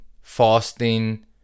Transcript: fasting